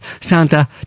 Santa